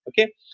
Okay